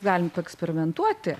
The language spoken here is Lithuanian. galim paeksperimentuoti